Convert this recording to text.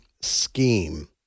scheme